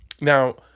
Now